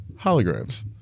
holograms